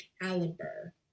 caliber